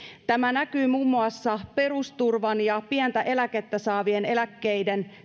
tämä näkyy muun muassa perusturvan pientä eläkettä saavien eläkkeiden